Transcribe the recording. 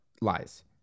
lies